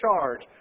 charge